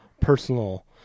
personal